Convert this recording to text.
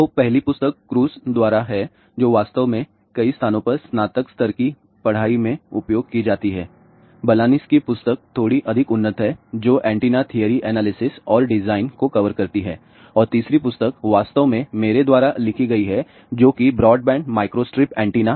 तो पहली पुस्तक Kraus द्वारा है जो वास्तव में कई स्थानों पर स्नातक स्तर की पढ़ाई में उपयोग की जाती है Balanis की पुस्तक थोड़ी अधिक उन्नत है जो एंटीना थिअरी एनालिसिस और डिजाइन को कवर करती है और तीसरी पुस्तक वास्तव में मेरे द्वारा लिखी गई है जो कि ब्रॉडबैंड माइक्रोस्ट्रिप एंटीना है